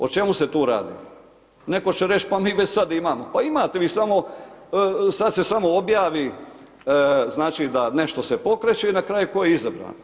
O čemu se tu radi, netko će reć pa mi već sad imamo, pa imate vi samo, sad se samo objavi znači da nešto se pokreće i na kraju tko je izabran.